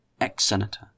ex-senator